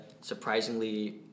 surprisingly